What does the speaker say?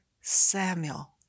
Samuel